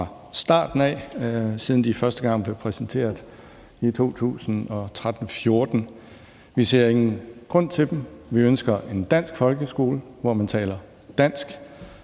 starten, lige siden de første gang blev præsenteret i 2013-2014. Vi ser ingen grund til dem; vi ønsker en dansk folkeskole, hvor man taler dansk.